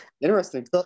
interesting